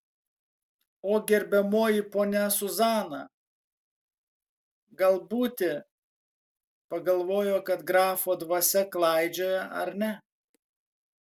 o gerbiamoji ponia zuzana gal būti pagalvojo kad grafo dvasia klaidžioja ar ne